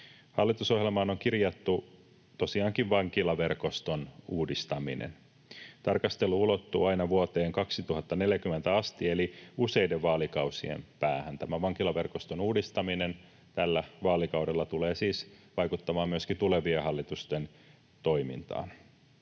Hallitusohjelmaan on kirjattu tosiaankin vankilaverkoston uudistaminen. Tarkastelu ulottuu aina vuoteen 2040 asti eli useiden vaalikausien päähän. Tämä vankilaverkoston uudistaminen tällä vaalikaudella tulee siis vaikuttamaan myöskin tulevien hallitusten toimintaan.